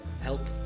help